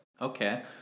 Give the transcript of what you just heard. Okay